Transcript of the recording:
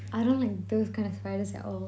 I don't like those kind of spiders at all